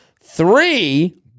three